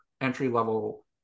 entry-level